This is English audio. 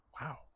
Wow